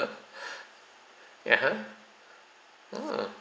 ya !huh! ugh